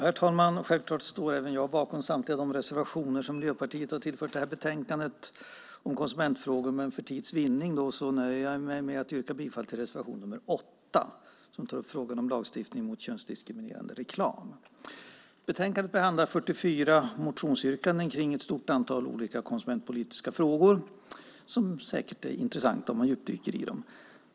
Herr talman! Självklart står även jag bakom samtliga de reservationer som Miljöpartiet tillfört det här betänkandet om konsumentfrågor, men för tids vinnande nöjer jag mig med att yrka bifall till reservation 8, som tar upp frågan om lagstiftning mot könsdiskriminerande reklam. Betänkandet behandlar 44 motionsyrkanden om ett stort antal olika konsumentpolitiska frågor, som säkert är intressanta om man djupdyker i dem.